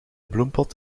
bloempot